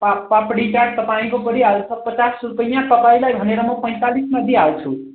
पा पापडी चाट तपाईँको परिहाल्छ पचास रुपियाँ तपाईँलाई भनेर म पैँतालिसमा दिइहाल्छु